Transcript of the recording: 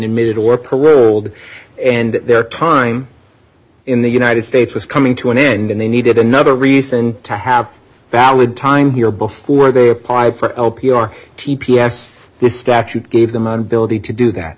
mid or pollute and their time in the united states was coming to an end and they needed another reason to have valid time here before they apply for l p r t p s this statute gave them on building to do that